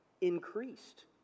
increased